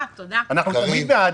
אנחנו תמיד בעד דעה.